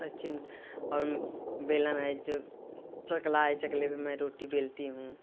और चिम और बेलन है जो चकला है चकले पे मैं रोटी बेलती हूँ